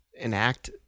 enact